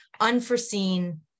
unforeseen